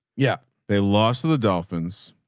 yeah. they lost to the dolphins.